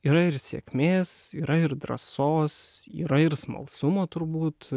yra ir sėkmės yra ir drąsos yra ir smalsumo turbūt